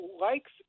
likes